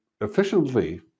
efficiently